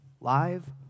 live